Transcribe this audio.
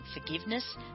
forgiveness